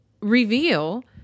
reveal